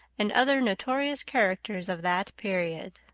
and other notorious characters of that period.